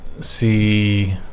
see